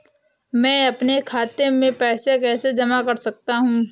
मैं अपने खाते में पैसे कैसे जमा कर सकता हूँ?